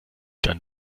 dann